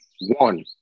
One